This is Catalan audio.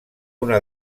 una